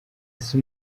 ese